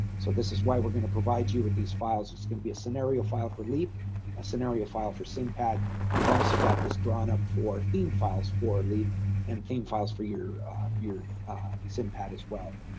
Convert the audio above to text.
so this is why we're going to provide you with these files it's going to be a scenario file for leap a scenario file for simpad we've also got this drawn up for theme files for leap and theme files for your ah for your simpad as well.